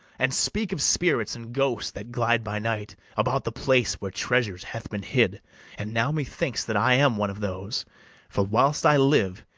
and speak of spirits and ghosts that glide by night about the place where treasure hath been hid and now methinks that i am one of those for, whilst i live,